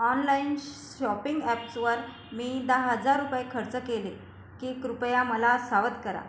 online shopping ॲप्सवर मी दहा हजार रुपये खर्च केले की कृपया मला सावध करा